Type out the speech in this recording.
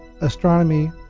astronomy